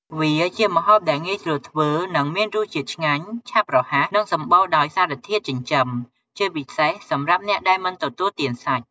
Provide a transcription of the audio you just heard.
វាជាម្ហូបដែលងាយស្រួលធ្វើ មានរសជាតិឆ្ងាញ់ ឆាប់រហ័ស និងសម្បូរទៅដោយសារធាតុចិញ្ចឹម ជាពិសេសសម្រាប់អ្នកដែលមិនទទួលទានសាច់។